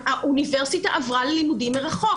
האוניברסיטה עברה ללימודים מרחוק.